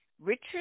Richard